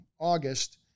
August